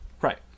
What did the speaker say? right